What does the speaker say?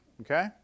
okay